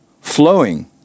flowing